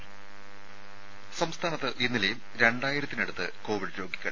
രുര സംസ്ഥാനത്ത് ഇന്നലെയും രണ്ടായിരത്തിനടുത്ത് കോവിഡ് രോഗികൾ